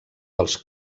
dels